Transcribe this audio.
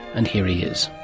and here he is.